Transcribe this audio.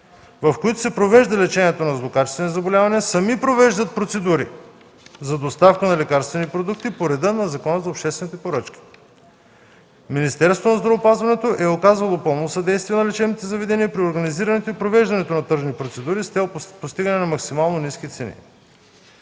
в които се провежда лечение на злокачествени заболявания, сами провеждат процедури за доставка на лекарствени продукти по реда на Закона за обществените поръчки. Министерството на здравеопазването е оказвало пълно съдействие на лечебните заведения при организирането и провеждането на тръжни процедури с цел постигане на максимално ниски цени.